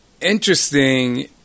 interesting